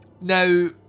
Now